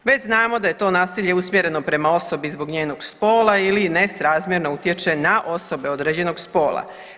Već znamo da je to nasilje usmjereno prema osobi zbog njenog spola ili nesrazmjerno utječe na osobe određenog spola.